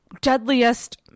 deadliest